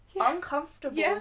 uncomfortable